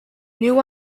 new